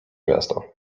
miasto